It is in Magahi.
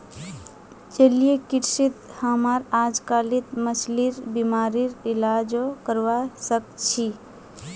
जलीय कृषित हमरा अजकालित मछलिर बीमारिर इलाजो करवा सख छि